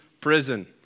prison